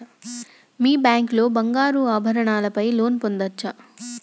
మీ bank లో బంగారు ఆభరణాల పై లోన్ పొందచ్చా?